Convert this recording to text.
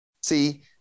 See